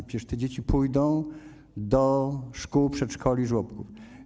Przecież te dzieci pójdą do szkół, przedszkoli, żłobków.